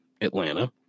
Atlanta